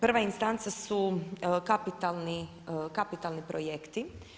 Prva instanca su kapitalni projekti.